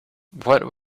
what